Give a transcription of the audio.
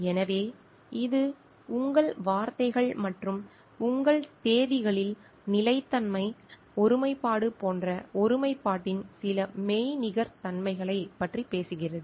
எனவே இது உங்கள் வார்த்தைகள் மற்றும் உங்கள் தேதிகளில் நிலைத்தன்மை ஒருமைப்பாடு போன்ற ஒருமைப்பாட்டின் சில மெய்நிகர் தன்மைகளைப் பற்றி பேசுகிறது